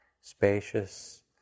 Spacious